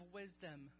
wisdom